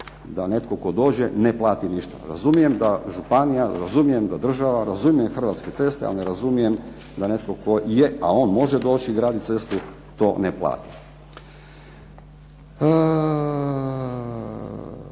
da netko tko dođe ne plati ništa. Razumijem da županija, razumijem da država, razumijem Hrvatske ceste ali ne razumijem da netko tko je, a on može doći graditi cestu to ne plati.